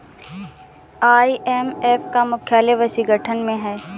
IMF का मुख्यालय Washington में है